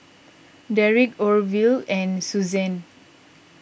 Derick Orville and Susanne